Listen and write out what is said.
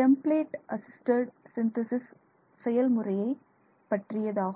template assisted synthesis செயல்முறையை பற்றியதாகும்